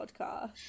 podcast